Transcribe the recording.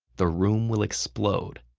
the room will explode.